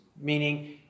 meaning